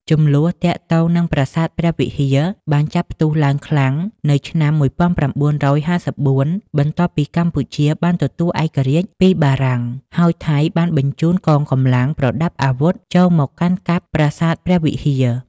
ជម្លោះទាក់ទងនឹងប្រាសាទព្រះវិហារបានចាប់ផ្ទុះឡើងខ្លាំង នៅឆ្នាំ១៩៥៤ បន្ទាប់ពីកម្ពុជាបានទទួលឯករាជ្យពីបារាំង ហើយថៃបានបញ្ជូនកងកម្លាំងប្រដាប់អាវុធ ចូលមកកាន់កាប់ប្រាសាទព្រះវិហារ។